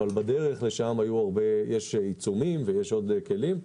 אבל בדרך לשם יש עיצומים ויש עוד כלים.